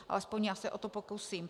Alespoň já se o to pokusím.